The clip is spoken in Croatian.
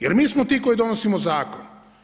Jer mi smo ti koji donosimo zakon.